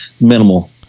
minimal